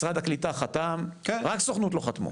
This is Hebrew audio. משרד הקליטה חתם, רק סוכנות לא חתמו.